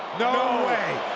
no way.